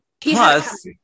Plus